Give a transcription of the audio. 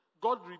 God